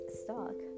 stock